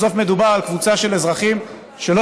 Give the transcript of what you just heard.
בסוף מדובר על קבוצה של אזרחים שלא